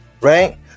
right